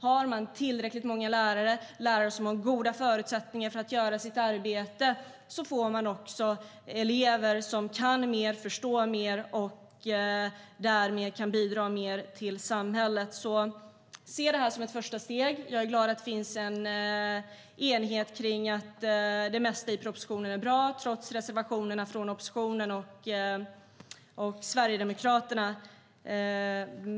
Har man tillräckligt många lärare med goda förutsättningar att göra sitt arbete får man också elever som kan mer, förstår mer och därmed kan bidra mer till samhället. Se det här som ett första steg! Jag är glad att det finns en enighet kring att det mesta i propositionen är bra, trots reservationerna från oppositionen och Sverigedemokraterna.